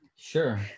sure